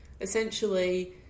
essentially